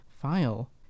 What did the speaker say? file